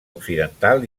occidental